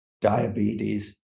diabetes